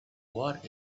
what